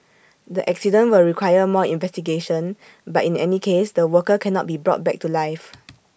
the accident will require more investigation but in any case the worker cannot be brought back to life